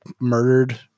murdered